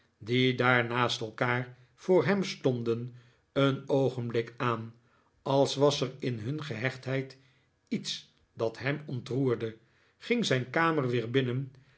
die daar naast elkaar voor hem stonden een oogenblik aan als was er in hun gehechtheid iets dat hem ontroerde ging zijn kamer weer binnen